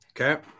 okay